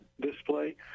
display